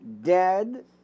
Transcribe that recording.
dead